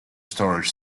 storage